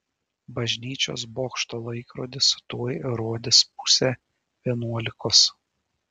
bažnyčios bokšto laikrodis tuoj rodys pusę vienuolikos